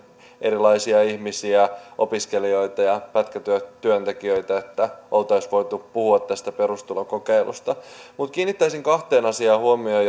erilaisia ihmisiä opiskelijoita ja pätkätyöntekijöitä että olisimme voineet puhua tästä perustulokokeilusta mutta kiinnittäisin kahteen asiaan huomiota